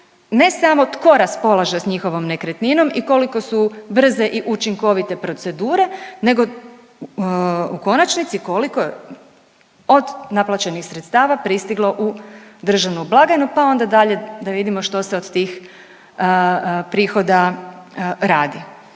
ne samo tko raspolaže s njihovom nekretninom i koliko su brze i učinkovite procedure nego u konačnici koliko je od naplaćenih sredstava pristiglo u državnu blagajnu pa onda dalje da vidimo što se od tih prihoda radi.